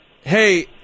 Hey